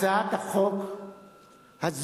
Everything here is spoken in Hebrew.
הצעת החוק הזאת,